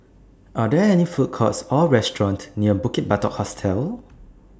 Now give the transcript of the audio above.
Are There any Food Courts Or restaurants near Bukit Batok Hostel